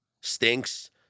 stinks